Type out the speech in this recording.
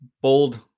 bold